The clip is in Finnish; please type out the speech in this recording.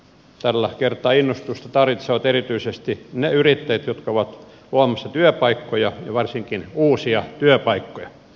tällä kertaa innostusta tarvitsevat erityisesti ne yrittäjät jotka ovat luomassa työpaikkoja ja varsinkin uusia työpaikkoja